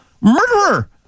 murderer